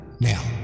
now